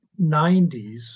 90s